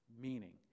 meaning